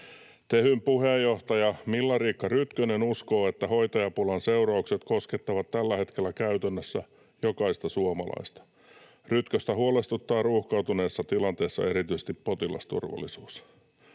Tehyn puheenjohtaja Millariikka Rytkönen uskoo, että hoitajapulan seuraukset koskettavat tällä hetkellä käytännössä jokaista suomalaista. Rytköstä huolestuttaa ruuhkautuneessa tilanteessa erityisesti potilasturvallisuus.